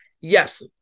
yes